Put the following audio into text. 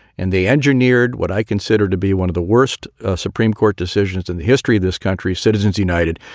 and they engineered what i consider to be one of the worst supreme court decisions in the history of this country, citizens united,